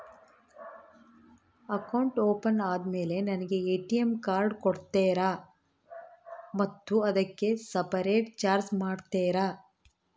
Account open ಆದಮೇಲೆ ನನಗೆ ATM card ಕೊಡ್ತೇರಾ ಮತ್ತು ಅದಕ್ಕೆ ಸಪರೇಟ್ ಚಾರ್ಜ್ ಮಾಡ್ತೇರಾ?